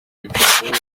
yakoreshejwe